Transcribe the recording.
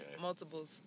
Multiples